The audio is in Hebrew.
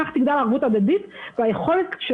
כך תגדל האחריות ההדדית וכך תגדל היכולת של